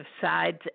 sides